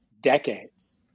decades